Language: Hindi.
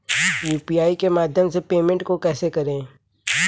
यू.पी.आई के माध्यम से पेमेंट को कैसे करें?